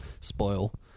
spoil